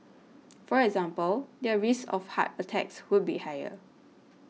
for example their risk of heart attacks would be higher